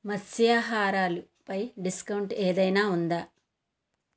మత్స్యాహారాలు పై డిస్కౌంట్ ఏదైనా ఉందా